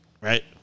Right